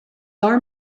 our